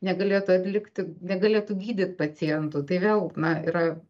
negalėtų atlikti negalėtų gydyt pacientų tai vėl na yra